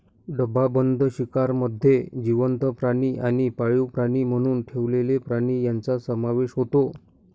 डबाबंद शिकारमध्ये जिवंत प्राणी आणि पाळीव प्राणी म्हणून ठेवलेले प्राणी यांचा समावेश होतो